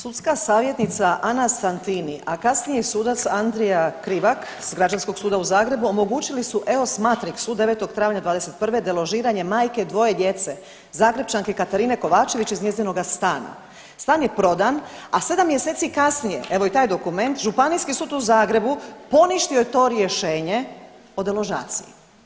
Sudska savjetnica Ana Santini, a kasnije sudac Andrija Krivak s Građanskog suda u Zagreba omogućili su EOS Matrixu 9. travnja '21. deložiranje majke dvoje djece, Zagrepčanke Katarine Kovačević iz njezinoga stana, stan je prodan, a 7 mjeseci kasnije, evo i taj dokument, Županijski sud u Zagrebu poništio je to rješenje o deložaciji.